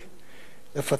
להרע את תנאי עבודתו,